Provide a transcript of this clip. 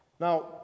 Now